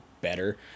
better